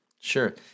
Sure